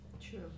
True